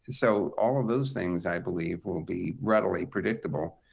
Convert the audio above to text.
so all of those things, i believe, will be readily predictable.